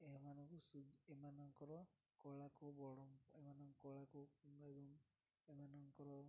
ଏମାନଙ୍କୁ ସୁ ଏମାନଙ୍କର କଳାକୁ ବଡ଼ ଏମାନଙ୍କ କଳାକୁ ଏବଂ ଏମାନଙ୍କର